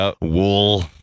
wool